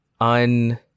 Un